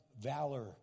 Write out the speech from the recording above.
valor